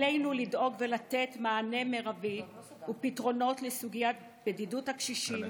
עלינו לדאוג ולתת מענה מרבי ופתרונות לסוגיית בדידות הקשישים,